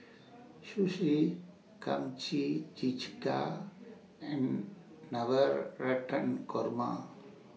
Sushi Kimchi Jjigae and Navratan Korma